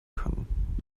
können